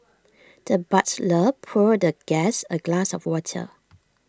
the butler poured the guest A glass of water